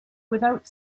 without